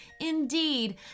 Indeed